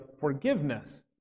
forgiveness